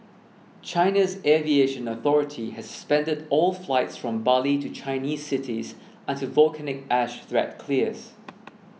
China's aviation authority has suspended all flights from Bali to Chinese cities until volcanic ash threat clears